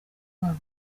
rwango